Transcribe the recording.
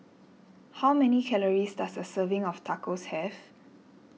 how many calories does a serving of Tacos have